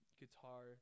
guitar